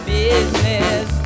business